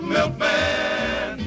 Milkman